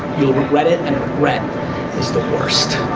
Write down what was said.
you'll regret it and regret is the worst.